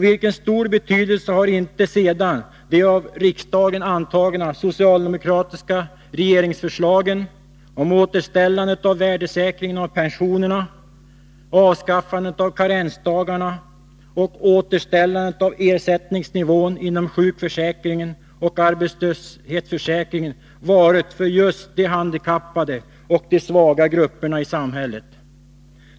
Vilken stor betydelse har inte sedan de av riksdagen antagna socialdemokratiska regeringsförslagen om återställandet av värdesäkringen av pensionerna, avskaffandet av karensdagarna och återställandet av ersättningsnivån inom sjukförsäkringen och arbetslöshetsförsäkringen haft för just de handikappade och de svaga grupperna i samhället.